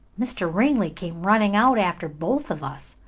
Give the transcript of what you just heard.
mr. ringley came running out after both of us.